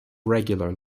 regular